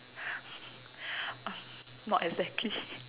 not exactly